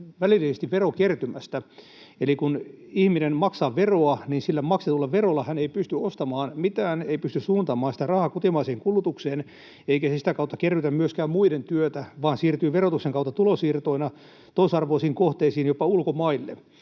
välillisesti verokertymästä. Eli kun ihminen maksaa veroa, niin sillä maksetulla verolla hän ei pysty ostamaan mitään, ei pysty suuntaamaan sitä rahaa kotimaiseen kulutukseen eikä se sitä kautta kerrytä myöskään muiden työtä vaan siirtyy verotuksen kautta tulonsiirtoina toisarvoisiin kohteisiin, jopa ulkomaille.